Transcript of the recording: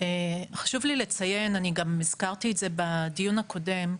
חשוב לי לציין, אני גם הזכרתי את זה בדיון הקודם,